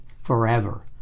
forever